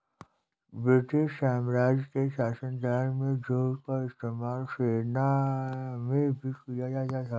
British साम्राज्य के शासनकाल में जूट का इस्तेमाल सेना में भी किया जाता था